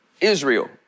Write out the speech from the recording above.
Israel